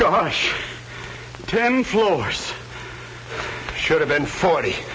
gosh ten floors should have been forty